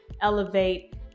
elevate